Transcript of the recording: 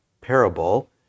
parable